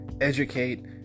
educate